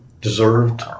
deserved